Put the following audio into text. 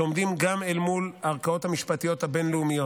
שעומדים גם אל מול הערכאות המשפטיות הבין-לאומיות,